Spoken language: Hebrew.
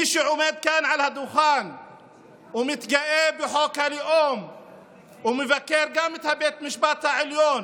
מי שעומד כאן על הדוכן ומתגאה בחוק הלאום ומבקר גם את בית המשפט העליון